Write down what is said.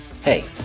Hey